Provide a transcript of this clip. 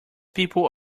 people